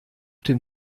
dem